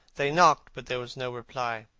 they knocked, but there was no reply.